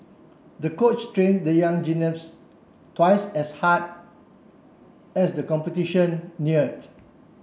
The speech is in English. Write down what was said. the coach trained the young gymnast twice as hard as the competition neared